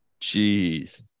jeez